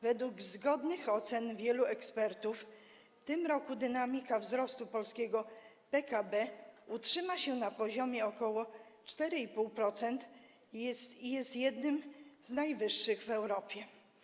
Według zgodnych ocen wielu ekspertów w tym roku dynamika wzrostu polskiego PKB utrzyma się na poziomie ok. 4,5% i jest on jednym z najwyższych w Europie.